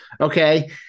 okay